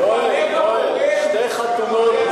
איזה ליכודניק?